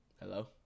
hello